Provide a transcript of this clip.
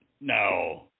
No